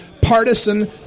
partisan